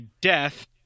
death